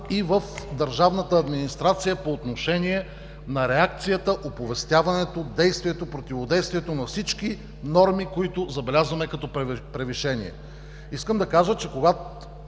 и в държавната администрация по отношение на реакцията, оповестяването, действието, противодействието на всички норми, които забелязваме като превишение. Искам да кажа, че, когато